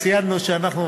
ציינו שאנחנו,